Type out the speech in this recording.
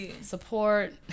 Support